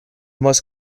most